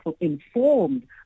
informed